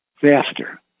faster